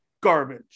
garbage